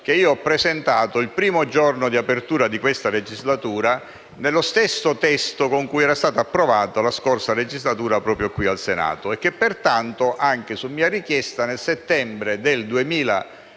che ho presentato il primo giorno di apertura di questa legislatura, nello stesso testo approvato nella scorsa legislatura proprio qui al Senato, e che pertanto, anche su mia richiesta, nel settembre 2013,